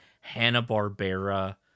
hanna-barbera